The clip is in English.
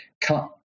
cut